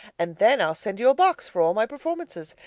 and then i'll send you a box for all my performances,